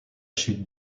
chute